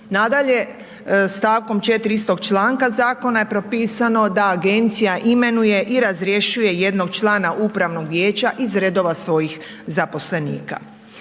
Nadalje, stavkom 4 istog članak zakona, je propisano da Agencija imenuje i razrješuje jednog člana Upravnog vijeća iz redova svojih zaposlenika.